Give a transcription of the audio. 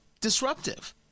disruptive